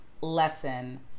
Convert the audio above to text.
lesson